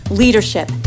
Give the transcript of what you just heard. leadership